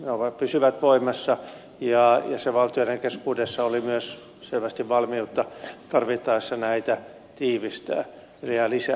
ne pysyvät voimassa ja jäsenvaltioiden keskuudessa oli myös selvästi valmiutta tarvittaessa näitä tiivistää ja lisätä